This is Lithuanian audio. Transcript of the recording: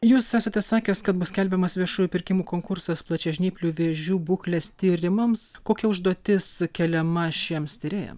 jūs esate sakęs kad bus skelbiamas viešųjų pirkimų konkursas plačiažnyplių vėžių būklės tyrimams kokia užduotis keliama šiems tyrėjam